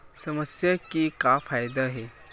समस्या के का फ़ायदा हे?